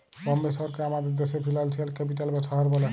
বম্বে শহরকে আমাদের দ্যাশের ফিল্যালসিয়াল ক্যাপিটাল বা শহর ব্যলে